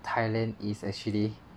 Thailand is actually